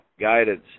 guidance